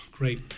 Great